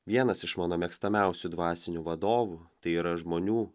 vienas iš mano mėgstamiausių dvasinių vadovų tai yra žmonių